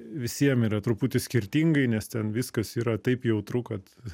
visiem yra truputį skirtingai nes ten viskas yra taip jautru kad